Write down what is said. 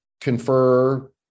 confer